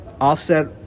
offset